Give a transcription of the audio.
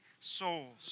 souls